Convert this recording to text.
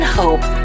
hope